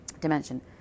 dimension